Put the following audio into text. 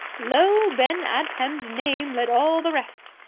lo, ben adhem's name led all the rest.